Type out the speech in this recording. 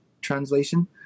translation